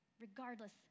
regardless